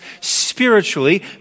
spiritually